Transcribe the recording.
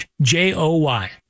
J-O-Y